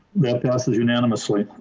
yeah passes unanimously.